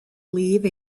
leave